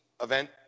event